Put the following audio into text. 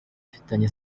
ifitanye